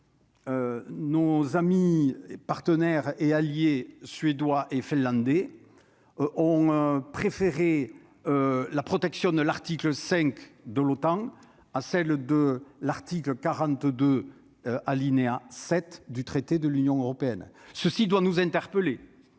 nos amis et partenaires et alliés suédois et finlandais ont préféré la protection de l'article 5 de l'OTAN à celle de l'article 42 alinéa 7 du traité de l'Union européenne, ceci doit nous interpeller